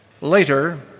Later